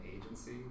agency